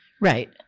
right